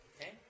Okay